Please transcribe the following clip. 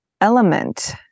element